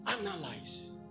analyze